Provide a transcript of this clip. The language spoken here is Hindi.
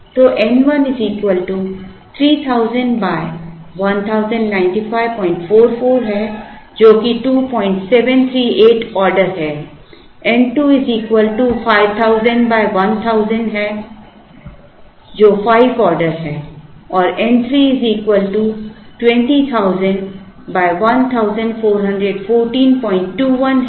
तो N 1 3000 109544 है जो कि 2738 ऑर्डर है N 2 5000 1000 है जो 5 ऑर्डर है और N 3 20000 141421 है जो 1414 ऑर्डर है